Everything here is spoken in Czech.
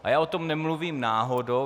A já o tom nemluvím náhodou.